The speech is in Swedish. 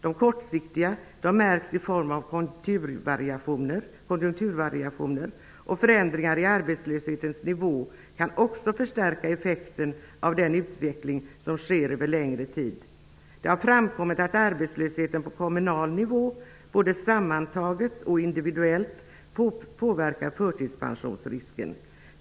''De kortsiktiga ändringarna märks i form av konjunkturvariationer och förändringar i arbetslöshetens nivå kan också förstärka effekten av den utveckling som sker över längre tid. Det har framkommit att arbetslösheten på kommunal nivå, både sammantaget och individuellt, påverkar förtidspensionsrisken.